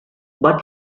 but